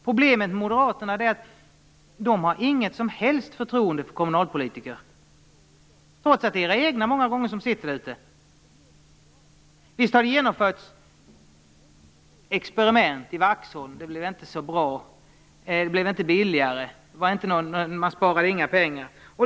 Problemet med moderaterna är att de inte har något som helst förtroende för kommunalpolitiker, trots att det många gånger är deras egna som innehar posterna. Visst har det genomförts experiment, t.ex. i Waxholm. Det blev inte så bra. Det blev inte billigare. Man sparade inga pengar.